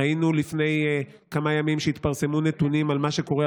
ראינו לפני כמה ימים שהתפרסמו נתונים על מה שקורה,